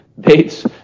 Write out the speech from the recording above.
dates